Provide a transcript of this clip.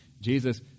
Jesus